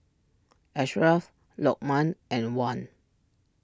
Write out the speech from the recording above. Ashraf Lokman and Wan